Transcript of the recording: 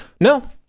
No